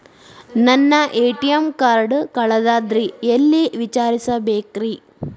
ನನ್ನ ATM card ಕಳದದ್ರಿ ಎಲ್ಲಿ ವಿಚಾರಿಸ್ಬೇಕ್ರಿ?